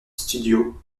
studio